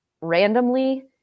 randomly